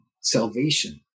salvation